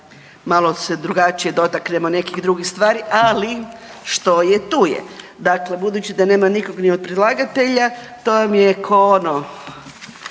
malo se drugačije dotaknemo nekih drugih stvari, ali što je tu je. Dakle, budući da nema nikog ni od predlagatelja, to vam je ko ono